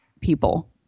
people